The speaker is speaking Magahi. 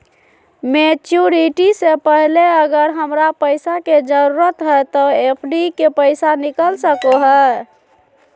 मैच्यूरिटी से पहले अगर हमरा पैसा के जरूरत है तो एफडी के पैसा निकल सको है?